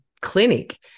clinic